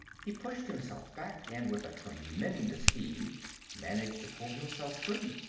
he pushed himself back, and with a tremendous heave managed to pull himself free.